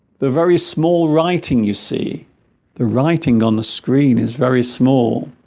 the very small writing you see the writing on the screen is very small